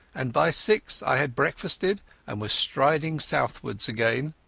and by six i had breakfasted and was striding southwards again.